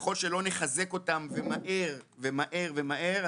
ככל שלא נחזק אותם ומהר ומהר ומהר,